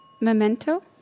Memento